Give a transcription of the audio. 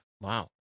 Wow